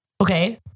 Okay